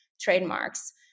trademarks